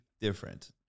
different